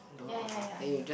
ya ya ya I know